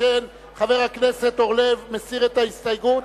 שכן חבר הכנסת אורלב מסיר את ההסתייגות,